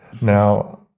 Now